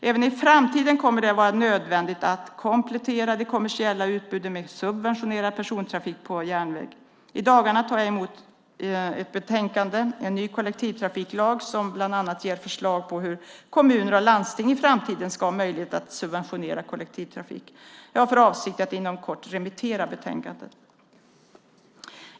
Även i framtiden kommer det att vara nödvändigt att komplettera det kommersiella utbudet med subventionerad persontrafik på järnväg. I dagarna tar jag emot betänkandet En ny kollektivtrafiklag som bland annat ger förslag på hur kommuner och landsting i framtiden ska ha möjlighet att subventionera kollektivtrafik. Jag har för avsikt att inom kort remittera betänkandet.